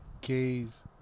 gays